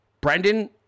Brendan